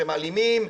שהם אלימים,